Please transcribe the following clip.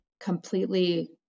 completely